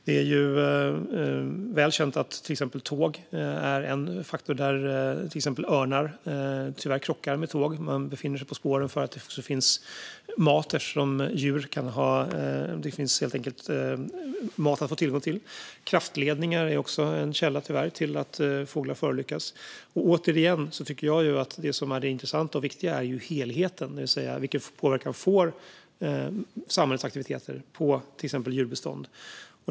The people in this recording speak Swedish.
Det är ju exempelvis väl känt att örnar tyvärr krockar med tåg; de befinner sig på spåren för att det finns mat att få tillgång till där. Kraftledningar är också tyvärr en orsak till att fåglar förolyckas. Återigen tycker jag att det intressanta och viktiga är helheten, det vill säga vilken påverkan samhällets aktiviteter får på till exempel djurbestånd.